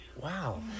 Wow